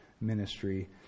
ministry